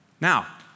Now